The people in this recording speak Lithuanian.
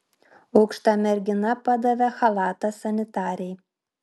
aukšta mergina padavė chalatą sanitarei